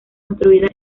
construida